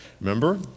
remember